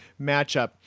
matchup